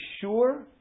sure